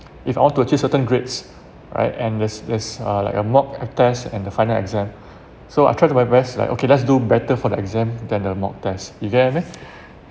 if I want to achieve certain grades alright and there's there's uh like a mob a test and the final exam so I try to my best like okay let's do better for the exam than the mob test you get I mean